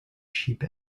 sheep